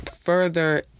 further